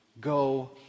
go